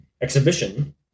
exhibition